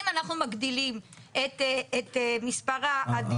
אם אנחנו מגדילים את מספר הדירות.